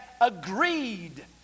agreed